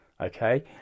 okay